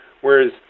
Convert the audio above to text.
Whereas